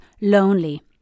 lonely